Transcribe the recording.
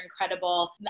incredible